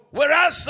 Whereas